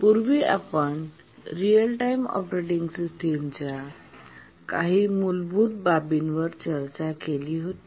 पूर्वी आपण real time operating system च्या काही मूलभूत बाबींवर चर्चा केली होती